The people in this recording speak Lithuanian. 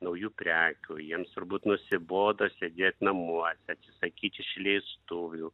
naujų prekių jiems turbūt nusibodo sėdėt namuose atsisakyti išleistuvių